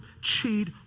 cheat